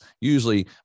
usually